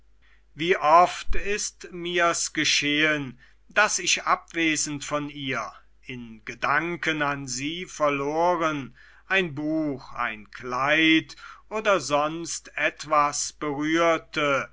wie oft ist mir's geschehen daß ich abwesend von ihr in gedanken an sie verloren ein buch ein kleid oder sonst etwas berührte